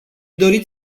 dorit